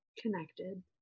Connected